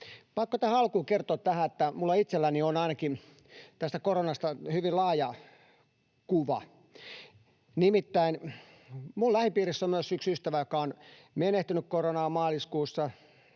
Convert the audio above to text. pakko tähän alkuun kertoa, että minulla itselläni on ainakin tästä koronasta hyvin laaja kuva. Nimittäin minun lähipiirissäni on myös yksi ystävä, joka on menehtynyt koronaan maaliskuussa.